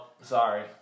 sorry